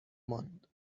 ماند